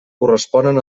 corresponen